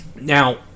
Now